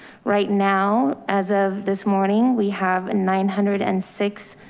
right now, as of this morning, we have a nine hundred and six.